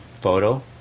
Photo